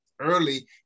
early